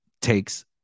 takes